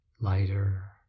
lighter